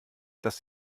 dass